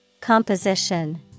Composition